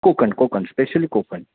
Konkan Konkan specially Konkan